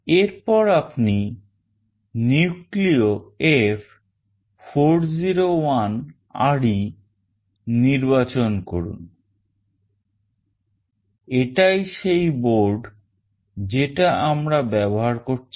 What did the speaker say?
এরপর আপনি NucleoF401RE নির্বাচন করুন এটাই সেই board যেটা আমরা ব্যবহার করছি